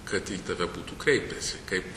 kad į tave būtų kreipęsi kaip